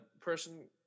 person